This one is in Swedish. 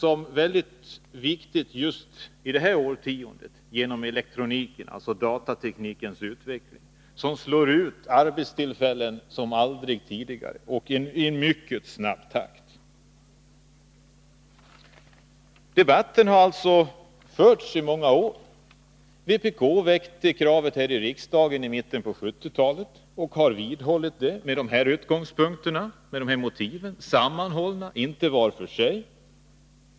Det är viktigt i just det här årtiondet på grund av elektroniken, dvs. datateknikens utveckling — den slår ut arbetstillfällen som aldrig tidigare och i mycket hög takt. Debatten om sextimmarsdagen har alltså förts i många år. Vpk väckte kravet här i riksdagen i mitten av 1970-talet och har vidhållit det med de angivna motiven, sammanhållna — inte var för sig.